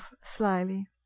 slyly